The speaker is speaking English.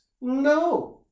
No